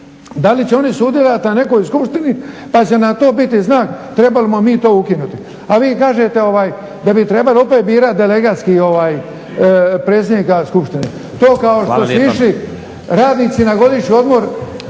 da li će oni sudjelovat na nekoj skupštini pa će nam to biti znak trebamo li mi to ukinuti, a vi kažete da bi trebali opet birat delegatski predsjednika skupštine. To kao što su išli radnici na godišnji odmor